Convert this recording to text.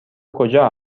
کجا